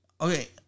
okay